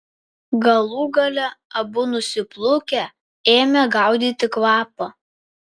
galų gale abu nusiplūkę ėmė gaudyti kvapą